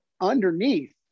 underneath